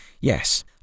Yes